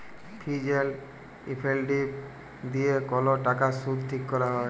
ফিজ এল্ড ইফেক্টিভ দিঁয়ে কল টাকার সুদ ঠিক ক্যরা হ্যয়